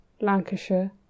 Lancashire